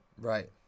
Right